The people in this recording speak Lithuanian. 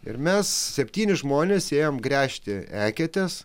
ir mes septyni žmonės ėjom gręžti eketes